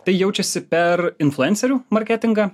tai jaučiasi per influencerių marketingą